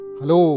Hello